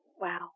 Wow